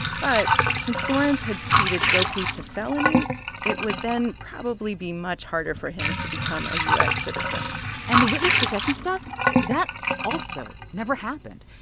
but since lawrence had pleaded guilty to felonies, it would then probably be much harder for him to become a u s. citizen and the witness protection stuff that also never happened.